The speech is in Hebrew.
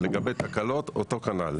ולגבי התקלות אותו כנ"ל.